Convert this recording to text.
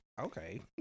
Okay